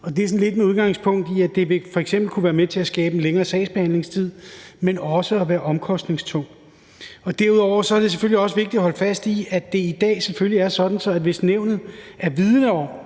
sådan lidt med udgangspunkt i, at det f.eks. vil kunne være med til at skabe en længere sagsbehandlingstid, men også kunne være omkostningstungt. Derudover er det selvfølgelig også vigtigt at holde fast i, at det i dag er sådan, at hvis nævnet er vidende om,